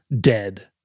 Dead